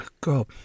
god